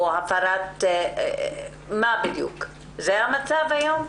מה המצב היום?